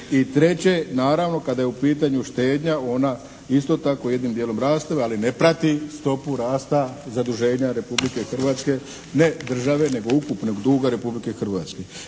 I treće naravno kada je u pitanju štednja ona isto tako jednim dijelom raste ali ne prati stopu rasta zaduženja Republike Hrvatske ne države nego ukupnog duga Republike Hrvatske.